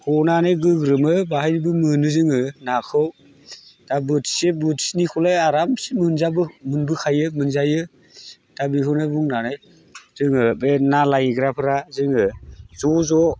हनानै गोग्रोमो बाहायबो मोनो जोङो नाखौ दा बोथिसे बोथिनैखौलाय आरामसे मोनजागौ मोनबोखायो मोनजायो दा बेखौनो बुंनानै जोङो बे ना लायग्राफ्रा जोङो ज' ज'